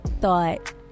thought